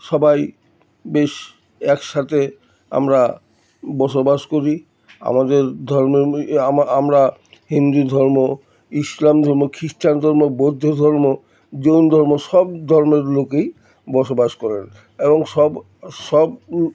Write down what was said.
সবাই বেশ একসাথে আমরা বসবাস করি আমাদের ধর্মের আমরা হিন্দু ধর্ম ইসলাম ধর্ম খ্রিস্টান ধর্ম বৌদ্ধ ধর্ম জৈন ধর্ম সব ধর্মের লোকেই বসবাস করেন এবং সব সব